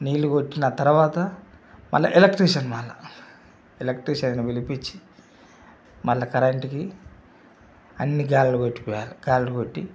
నీళ్ళు కొట్టిన తర్వాత మళ్ళా ఎలక్ట్రిషియన్ మళ్ళా ఎలక్ట్రిషియన్ను పిలిపించి మళ్ళా కరంటుకి అన్నీ గాడులు కొట్టిపించాలి గాడులు కొట్టి